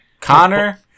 Connor